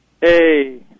Hey